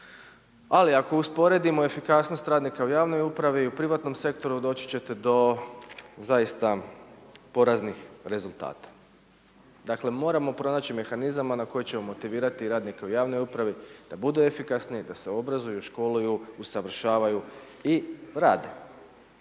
ali ako usporedimo efikasnost radnika u javnoj upravi i u privatnom sektoru, doći ćete do zaista poraznih rezultata. Dakle moramo pronaći mehanizama na koji ćemo motivirati radnike u javnoj upravi, da budu efikasni, da se obrazuju, školuju, usavršavaju i rade.